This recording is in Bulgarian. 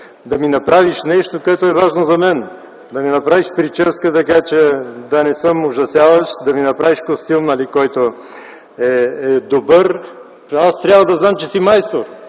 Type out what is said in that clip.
да ми направиш нещо, което е важно за мен – да ми направиш прическа, че да не съм ужасяващ, да ми направиш костюм, който е добър. Аз трябва да знам, че си майстор,